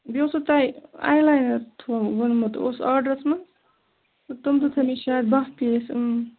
بیٚیہِ اوسوٕ تۄہہِ آی لاینَر تھوٚو ووٚنمُت اوس آڈرَس منٛز تِم تہِ تھٲو مےٚ شایَد باہ پیٖس